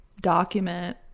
document